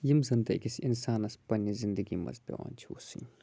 یِم زَن تہِ أکِس اِنسانَس پنٛنہِ زندگی منٛز پٮ۪وان چھُ وٕچھٕنۍ